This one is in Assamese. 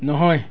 নহয়